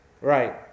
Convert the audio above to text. right